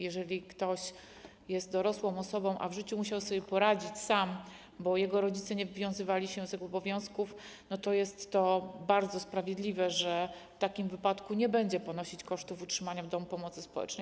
Jeżeli ktoś jest dorosłą osobą, a w życiu musiał sobie poradzić sam, bo jego rodzice nie wywiązywali się z obowiązków, to jest bardzo sprawiedliwe, że w takim wypadku nie będzie ponosić kosztów utrzymania w domu pomocy społecznej.